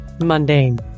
mundane